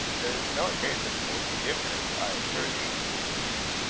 there is no occasion for forgiveness, i assure you, answered hugh.